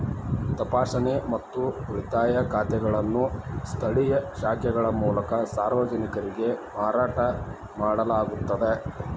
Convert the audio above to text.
ತಪಾಸಣೆ ಮತ್ತು ಉಳಿತಾಯ ಖಾತೆಗಳನ್ನು ಸ್ಥಳೇಯ ಶಾಖೆಗಳ ಮೂಲಕ ಸಾರ್ವಜನಿಕರಿಗೆ ಮಾರಾಟ ಮಾಡಲಾಗುತ್ತದ